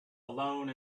alone